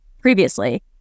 previously